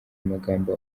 amagambo